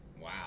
wow